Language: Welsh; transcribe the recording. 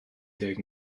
deg